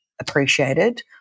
appreciated